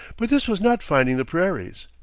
but this was not finding the prairies.